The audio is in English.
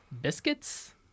biscuits